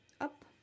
up